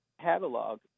catalog